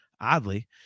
oddly